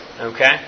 okay